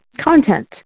content